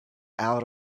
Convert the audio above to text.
out